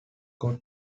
got